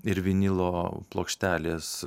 ir vinilo plokštelės